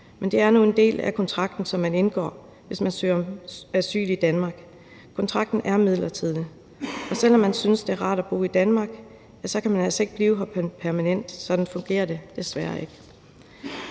Men det er nu en del af kontrakten, som man indgår, hvis man søger om asyl i Danmark. Kontrakten er midlertidig. Og selv om man synes, at det er rart at bo i Danmark, kan man altså ikke blive her permanent – sådan fungerer det desværre ikke.